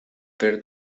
peer